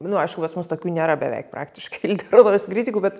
nu aišku pas mus tokių nėra beveik praktiškai literatūros kritikų bet